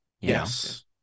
yes